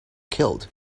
killed